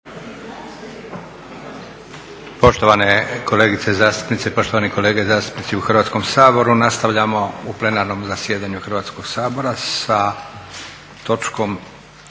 Poštovane kolegice zastupnice i poštovani kolege zastupnici u Hrvatskom saboru, nastavljamo u plenarnom zasjedanju Hrvatskoga sabora sa točkom